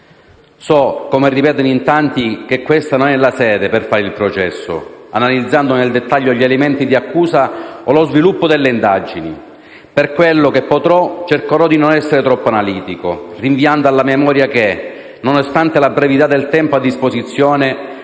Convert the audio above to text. So, come ripetono in tanti, che questa non è la sede per fare il processo, analizzando nel dettaglio gli elementi di accusa o lo sviluppo delle indagini. Per quello che potrò cercherò di non essere troppo analitico, rinviando alla memoria che, nonostante la brevità del tempo a disposizione,